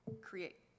create